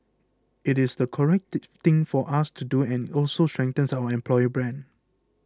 it is the correct thing for us to do and it also strengthens our employer brand